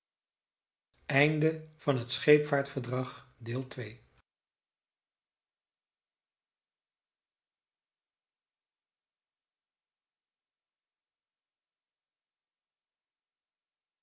van het scheepvaart verdrag